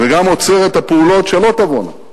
וגם עוצר את הפעולות שלא תבואנה.